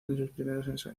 ensayos